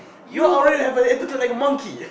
you already have a attitude like a monkey